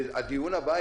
הדיון הבא,